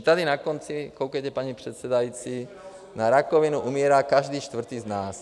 Tady na konci, koukejte, paní předsedající, na rakovinu umírá každý čtvrtý z nás.